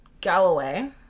Galloway